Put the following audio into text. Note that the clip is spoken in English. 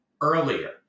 earlier